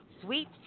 Sweet